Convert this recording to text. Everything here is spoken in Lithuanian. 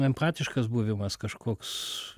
empatiškas buvimas kažkoks